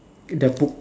the books